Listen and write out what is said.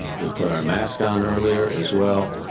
we put our mask on earlier as well.